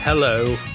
Hello